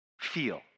feel